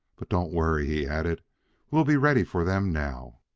but don't worry, he added we'll be ready for them now.